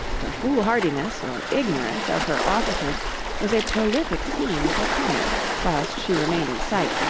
the foolhardiness or ignorance of her officers was a prolific theme for comment whilst she remained in sight,